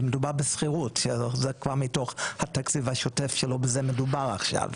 ומדובר בשכירות שזה כבר מתוך התקציב השוטף שלו שעל זה מדובר עכשיו.